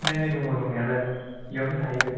सिनायनाय दङ दंनायालाय बेयावनो थाहैगोन